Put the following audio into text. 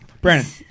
Brandon